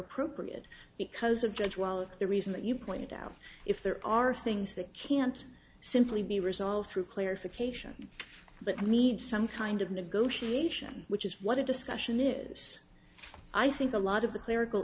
appropriate because of that while the reason that you point out if there are things that can't simply be resolved through clarification but need some kind of negotiation which is what a discussion is i think a lot of the clerical